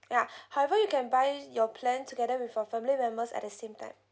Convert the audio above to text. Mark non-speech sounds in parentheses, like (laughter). ya (breath) however you can buy your plan together with your family members at the same time